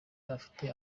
afite